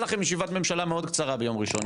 הייתה לכם ישיבת ממשלה מאוד קצרה ביום ראשון,